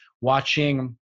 watching